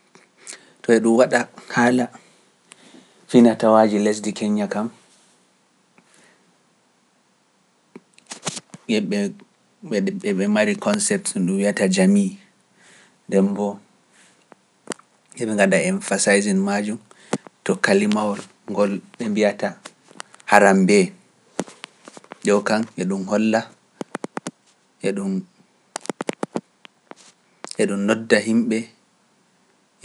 To e ɗum waɗa haala finatawaaji lesdi kennya kam, e ɓe mari konseptu ndu wi'ata jamii, ndembo heɓe ngaɗa emphasizing majum to kalimawol ngol ɓe mbiyam